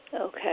Okay